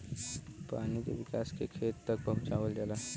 पानी के किसान के खेत तक पहुंचवाल जाला